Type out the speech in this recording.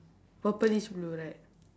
purplish blue right